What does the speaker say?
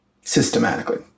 systematically